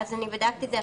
אז אני בדקתי את זה.